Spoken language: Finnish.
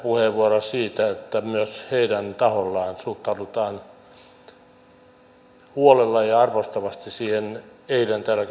puheenvuoroa siitä että myös heidän tahollaan suhtaudutaan huolella ja arvostavasti eilen täällä